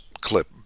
clip